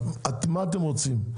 אז מה אתם רוצים?